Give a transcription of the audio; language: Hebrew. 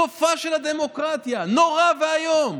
סופה של הדמוקרטיה, נורא והיום.